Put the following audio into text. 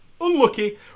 Unlucky